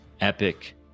epic